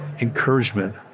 encouragement